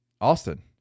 Austin